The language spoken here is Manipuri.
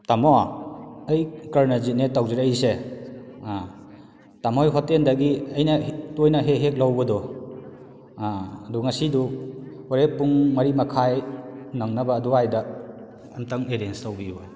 ꯇꯥꯃꯣ ꯑꯩ ꯀꯔꯅꯖꯤꯠꯅꯦ ꯇꯧꯖꯔꯛꯏꯁꯦ ꯇꯥꯃꯣꯒꯤ ꯍꯣꯇꯦꯜꯗꯒꯤ ꯑꯩꯅ ꯇꯣꯏꯅ ꯍꯦꯛ ꯍꯦꯛ ꯂꯧꯕꯗꯣ ꯑꯗꯣ ꯉꯁꯤꯗꯣ ꯍꯣꯔꯦꯟ ꯄꯨꯡ ꯃꯔꯤꯃꯈꯥꯏ ꯅꯪꯅꯕ ꯑꯗꯨꯋꯥꯏꯗ ꯑꯃꯇꯪ ꯑꯦꯔꯦꯟꯖ ꯇꯧꯕꯤꯌꯨꯕ